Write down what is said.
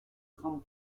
tram